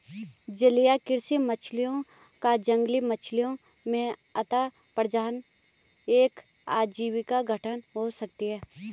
जलीय कृषि मछलियों का जंगली मछलियों में अंतःप्रजनन एक अजीब घटना हो सकती है